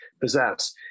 possess